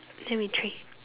then we drink